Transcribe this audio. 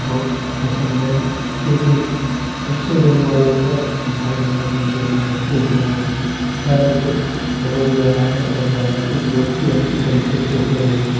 बहुत पसंद है क्योंकि उससे मेरे बालों का झड़ना गिरना टूटना सारा कुछ रुक गया है और बालों की ग्रोथ भी अच्छी तरीक़े से हो रही है